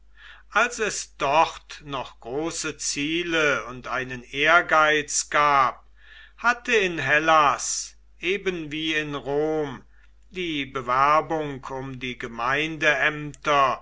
als es dort noch große ziele und einen ehrgeiz gab hatte in hellas eben wie in rom die bewerbung um die gemeindeämter